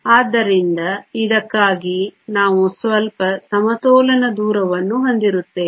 ಆದ್ದರಿಂದ ಇದಕ್ಕಾಗಿ ನಾವು ಸ್ವಲ್ಪ ಸಮತೋಲನ ದೂರವನ್ನು ಹೊಂದಿರುತ್ತೇವೆ